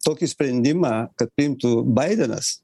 tokį sprendimą kad priimtų baidenas